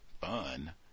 fun